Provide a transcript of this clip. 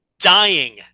Dying